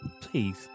Please